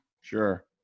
Sure